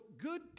good